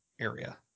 area